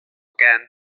can